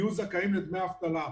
שיהיו זכאים לדמי אבטלה.